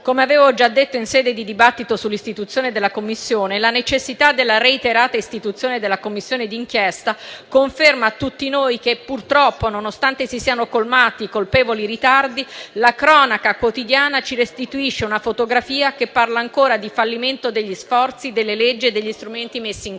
Come avevo già detto in sede di dibattito sull'istituzione della Commissione, la necessità della reiterata istituzione della Commissione d'inchiesta conferma a tutti noi che purtroppo, nonostante si siano colmati colpevoli ritardi, la cronaca quotidiana ci restituisce una fotografia che parla ancora di fallimento degli sforzi, delle leggi e degli strumenti messi in